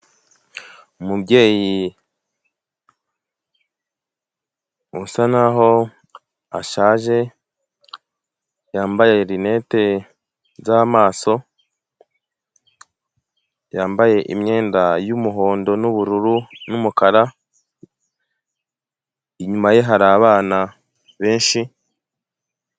Umubyeyi usa naho ashaje, yambaye linete z'amaso, yambaye imyenda y'umuhondo n'ubururu n'umukara, inyuma ye hari abana benshi.